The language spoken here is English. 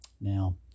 Now